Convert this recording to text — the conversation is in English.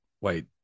wait